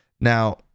now